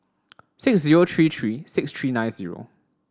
six zero three three six three nine zero